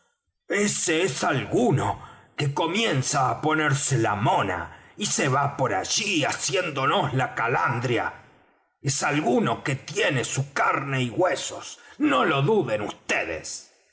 es alguno que comienza á ponerse la mona y se va por allí haciéndonos la calandria es alguno que tiene su carne y huesos no lo duden